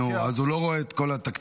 אז הוא לא רואה את כל התקציבים?